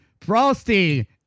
Frosty